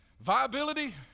viability